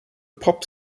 pop